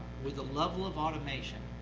with the level of automation,